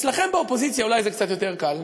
אצלכם באופוזיציה אולי זה קצת יותר קל.